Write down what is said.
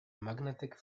magnetic